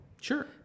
Sure